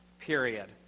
period